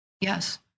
yes